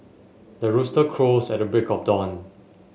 the rooster crows at the break of dawn